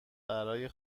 برای